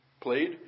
played